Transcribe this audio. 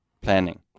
planning